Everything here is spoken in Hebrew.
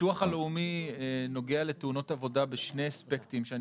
הביטוח הלאומי נוגע לתאונות עבודה בשני אספקטים שאני